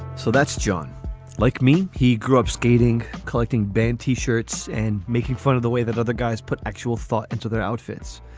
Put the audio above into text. so that's john like me. he grew up skating, collecting banned t-shirts and making fun of the way that other guys put actual thought into their outfits.